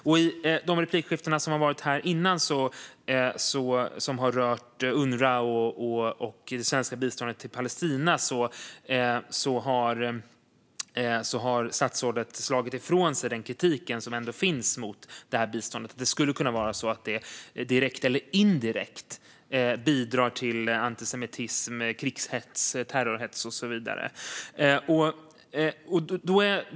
I de tidigare replikskiften här som har rört UNRWA och det svenska biståndet till Palestina har också statsrådet slagit ifrån sig den kritik som ändå finns mot detta bistånd, att det direkt eller indirekt skulle kunna bidra till antisemitism, krigshets, terrorhets och så vidare.